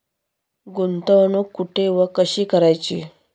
गुंतवणूक कुठे व कशी करायची?